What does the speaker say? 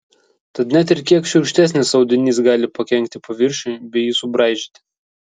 tad net ir kiek šiurkštesnis audinys gali pakenkti paviršiui bei jį subraižyti